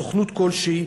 סוכנות כלשהי,